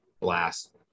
blast